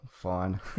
Fine